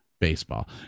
baseball